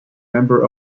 member